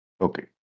Okay